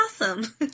awesome